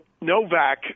Novak